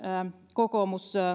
kokoomus